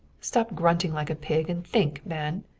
stop grunting like a pig, and think, man!